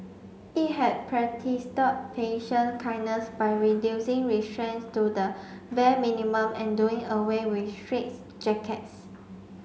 it had patient kindness by reducing restraints to the bare minimum and doing away with straitjackets